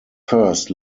first